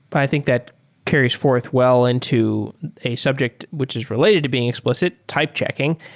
but i think that carries forth well into a subject which is related to being explicit, type checking.